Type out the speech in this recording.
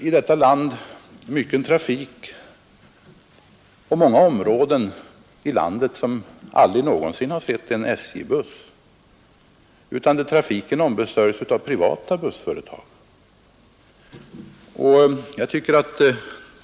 I många områden av landet har man aldrig någonsin sett en SJ-buss utan trafiken ombesörjs av privata bussföretag.